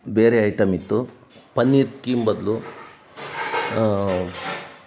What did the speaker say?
ಬೇರೆ ಐಟಮ್ ಇತ್ತು ಪನ್ನೀರ್ ಕೀಮ್ ಬದಲು